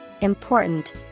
important